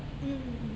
mm mm mm